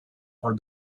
for